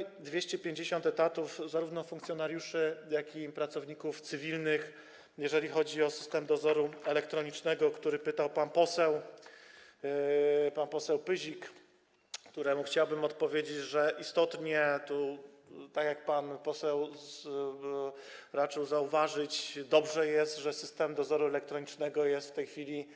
I jest 250 etatów, zarówno funkcjonariuszy, jak i pracowników cywilnych, jeżeli chodzi o system dozoru elektronicznego, o który pytał pan poseł Pyzik, któremu chciałbym odpowiedzieć, że istotnie, tak jak pan poseł raczył zauważyć, dobrze, że system dozoru elektronicznego jest w tej chwili